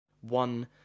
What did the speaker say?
One